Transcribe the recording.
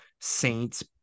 Saints